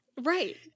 right